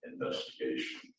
investigation